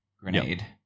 grenade